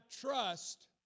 trust